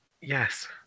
yes